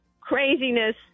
craziness